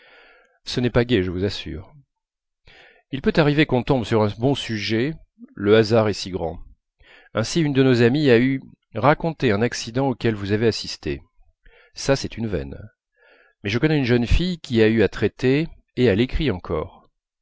ce n'est pas gai je vous assure il peut arriver qu'on tombe sur un bon sujet le hasard est si grand ainsi une de nos amies a eu racontez un accident auquel vous avez assisté ça c'est une veine mais je connais une jeune fille qui a eu à traiter et à l'écrit encore